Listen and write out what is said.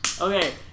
Okay